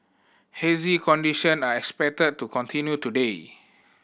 hazy condition are expected to continue today